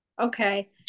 Okay